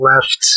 left